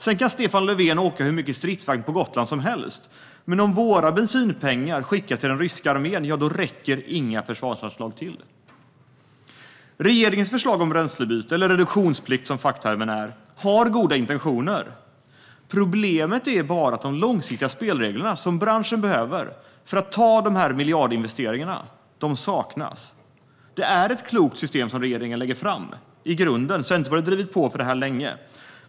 Sedan kan Stefan Löfven åka hur mycket stridsvagn på Gotland som helst - om våra bensinpengar skickas till den ryska armén räcker inga försvarsanslag till. Regeringens förslag om bränslebyte - eller reduktionsplikt, som facktermen är - har goda intentioner. Problemet är bara att de långsiktiga spelregler som branschen behöver för att göra de här miljardinvesteringarna saknas. Det är i grunden ett klokt system som regeringen lägger fram. Centerpartiet har drivit på för det här länge.